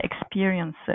experiences